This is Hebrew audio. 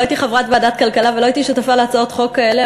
לא הייתי חברת ועדת הכלכלה ולא הייתי שותפה להצעות חוק כאלה,